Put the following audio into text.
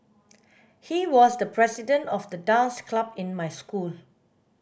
he was the president of the dance club in my school